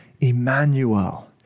Emmanuel